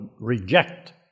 reject